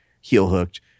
heel-hooked